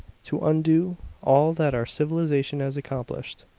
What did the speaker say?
to undo all that our civilization has accomplished.